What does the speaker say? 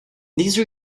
these